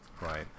right